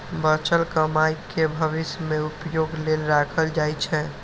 बचल कमाइ कें भविष्य मे उपयोग लेल राखल जाइ छै